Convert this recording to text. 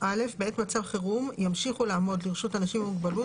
בעת מצב חירום ימשיכו לעמוד לרשות אנשים עם מוגבלות,